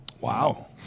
Wow